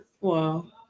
Wow